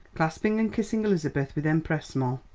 clasping and kissing elizabeth with empressement.